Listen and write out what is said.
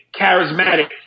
charismatic